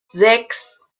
sechs